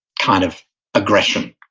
kind of aggression.